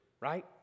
Right